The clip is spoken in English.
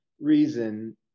reason